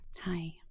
Hi